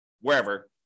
wherever